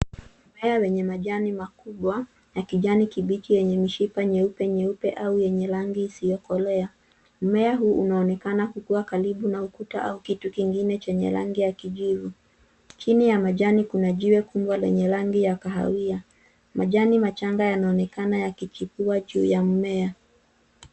Mimea wenye majani makubwa na kijani kibichi yenye mishipa nyeupe au yenye rangi isiyokolea. Mmea huu unaonekana kuwa karibu na ukuta au kitu kingine chenye rangi ya kijivu. Chini ya majani kuna jiwe kubwa lenye rangi ya kahawia. Majani machanga yanaonekana ya yakichipua juu ya mmea.